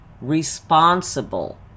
responsible